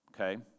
Okay